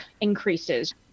increases